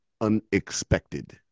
unexpected